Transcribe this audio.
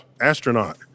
Astronaut